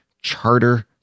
charter